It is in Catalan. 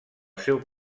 seu